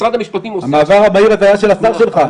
משרד המשפטים --- המעבר המהיר הזה היה של השר שלך,